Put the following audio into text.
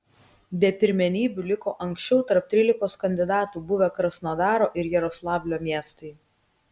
be pirmenybių liko anksčiau tarp trylikos kandidatų buvę krasnodaro ir jaroslavlio miestai